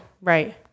right